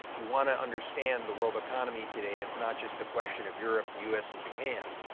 you wanna understand the world economy today, it's not just the question of europe, the u s. and japan.